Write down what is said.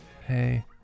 Hey